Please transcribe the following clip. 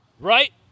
Right